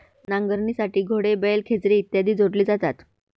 नांगरणीसाठी घोडे, बैल, खेचरे इत्यादी जोडले जातात